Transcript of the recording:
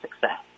success